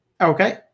Okay